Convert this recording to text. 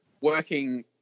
working